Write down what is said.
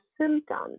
symptoms